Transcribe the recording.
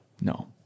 No